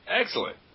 Excellent